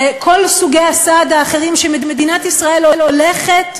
בכל סוגי הסעד האחרים שמדינת ישראל הולכת,